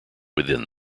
within